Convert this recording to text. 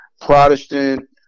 Protestant